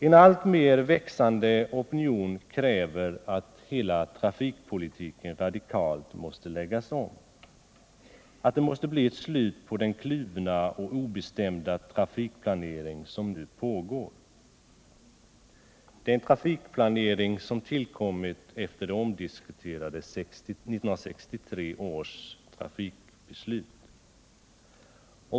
En alltmer växande opinion kräver att hela trafikpolitiken radikalt skall läggas om, att det skall bli ett slut på den kluvna och obestämda trafikplanering som nu pågår. Det är en trafikplanering som tillkommit efter 1963 års omdiskuterade trafikbeslut.